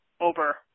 over